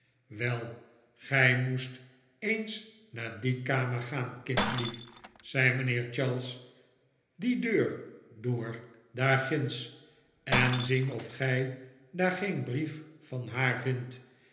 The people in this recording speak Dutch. wel gij moest eens naar die kamer gaan kindlief zei mijnheer charles die deur door daarginds en zien of gij daar geen brief van haar vindt